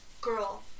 girl